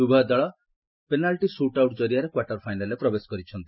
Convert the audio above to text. ଉଭୟ ଦଳ penalty shoot out କରିଆରେ କ୍ୱାର୍ଟର ଫାଇନାଲ୍ରେ ପ୍ରବେଶ କରିଛନ୍ତି